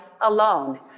alone